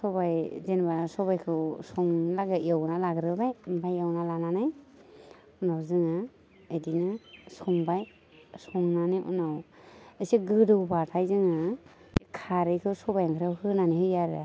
सबाइ जेनेबा सबाइखौ संनोलागै एवनानै लाग्रोबाय ओमफ्राय एवना लानानै उनाव जोङो बिदिनो संबाय संनानै उनाव एसे गोदौबाथाय जोङो खारैखौ सबाइ ओंख्रियाव होनानै होयो आरो